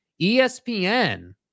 ESPN